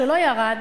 שלא ירד,